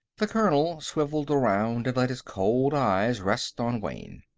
the colonel swivelled around and let his cold eyes rest on wayne.